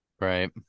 Right